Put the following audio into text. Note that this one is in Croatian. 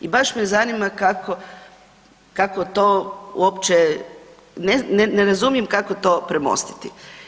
I baš me zanima kako, kako to uopće, ne razumijem kako to premostiti.